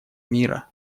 мира